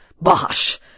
Bosh